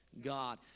God